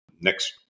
next